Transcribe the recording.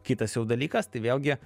kitas jau dalykas tai vėlgi